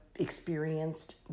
Experienced